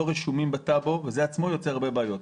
רשומות בטאבו וזה עצמו יוצר הרבה בעיות.